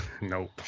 Nope